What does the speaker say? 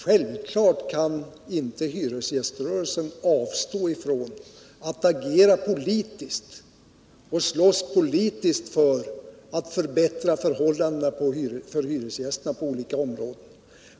Självfallet kan inte hyresgäströrelsen avstå från att agera politiskt och slåss politiskt för att förbättra förhållandena för hyresgästerna på olika områden.